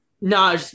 no